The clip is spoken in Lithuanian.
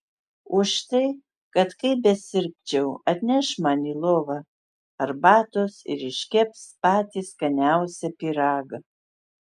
už tai kad kaip besirgčiau atneš man į lovą arbatos ir iškeps patį skaniausią pyragą